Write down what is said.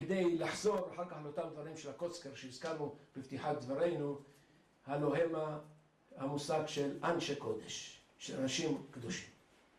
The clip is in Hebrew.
כדי לחזור אחר כך לאותם דברים של הקוצקר שהזכרנו בפתיחת דברינו, הלא המה המושג של אנשי קודש, של אנשים קדושים.